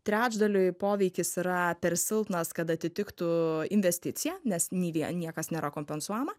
trečdaliui poveikis yra per silpnas kad atitiktų investiciją nes nei vie niekas nėra kompensuojama